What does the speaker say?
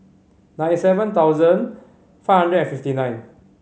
ninety seven thousand five hundred and fifty nine